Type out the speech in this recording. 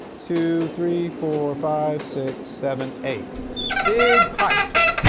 two, three, four, five, six, seven, eight big pipes.